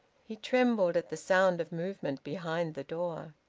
he trembled at the sound of movement behind the door.